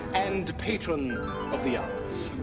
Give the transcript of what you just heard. and patron of the arts.